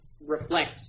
reflects